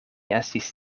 estis